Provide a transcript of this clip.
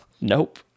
Nope